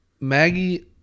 Maggie